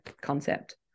concept